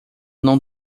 não